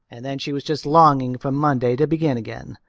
and then she was just longing for monday to begin again.